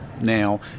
now